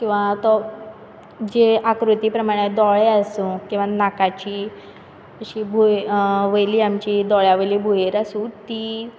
किंवा तो जे आकृती प्रमाणे दोळे आसूं वा नाकाची अशी भूंय वयली आमची दोळ्या वयली भुंयेर आसूं ती